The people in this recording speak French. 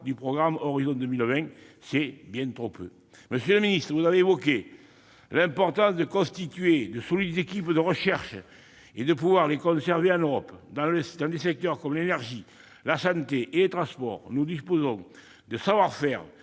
du programme Horizon 2020. C'est bien trop peu ! Monsieur le secrétaire d'État, vous avez évoqué la nécessité de constituer de solides équipes de recherche et de pouvoir les conserver en Europe. Dans des secteurs comme l'énergie, la santé ou les transports, nous disposons du savoir-faire